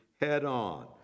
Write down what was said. head-on